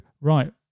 right